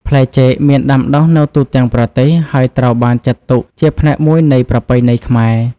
ផ្លែចេកមានដាំដុះនៅទូទាំងប្រទេស ហើយត្រូវបានចាត់ទុកជាផ្នែកមួយនៃប្រពៃណីខ្មែរ។